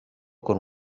con